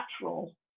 natural